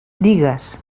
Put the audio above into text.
digues